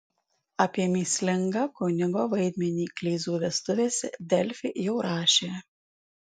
apie mįslingą kunigo vaidmenį kleizų vestuvėse delfi jau rašė